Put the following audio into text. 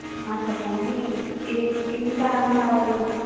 చెప్పండి ఎం ఎం సహాయం కావాలి మీకు